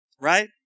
right